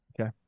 Okay